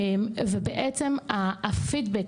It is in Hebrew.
ובעצם הפידבק,